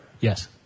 Yes